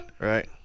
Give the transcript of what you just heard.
right